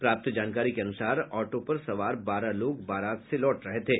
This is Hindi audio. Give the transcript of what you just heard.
प्राप्त जानकारी के अनुसार ऑटो पर सवार बारह लोग बारात से लौट रहे थे